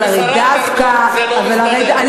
אבל הרי דווקא, תת-תרבות ושרת תרבות, זה לא מסתדר.